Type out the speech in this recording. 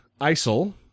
ISIL